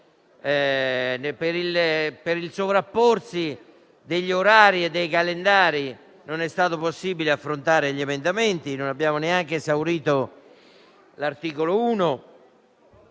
per il sovrapporsi degli orari e dei calendari non è stato possibile affrontare gli emendamenti, non abbiamo neanche esaurito l'esame